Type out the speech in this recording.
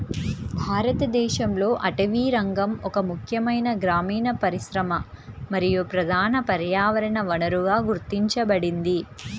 భారతదేశంలో అటవీరంగం ఒక ముఖ్యమైన గ్రామీణ పరిశ్రమ మరియు ప్రధాన పర్యావరణ వనరుగా గుర్తించబడింది